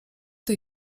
tej